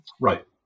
right